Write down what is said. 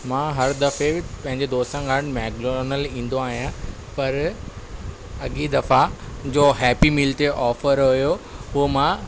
मां हर दफ़े पंहिंजे दोस्तनि सां गॾु मैक डॉनल्ड ईंदो आियां पर अॻिए दफ़ा जो हैपी मील ते ऑफर हुयो उहो मां